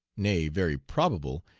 nay, very probable,